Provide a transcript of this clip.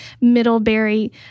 Middlebury